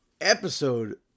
episode